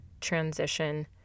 transition